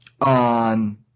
on